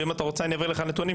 ואם אתה רוצה אני אעביר לך נתונים,